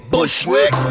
Bushwick